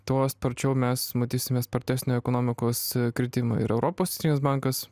tuo sparčiau mes matysime spartesnio ekonomikos kritimą ir europos centrinis bankas